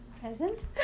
Present